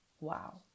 wow